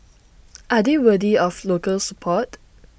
are they worthy of local support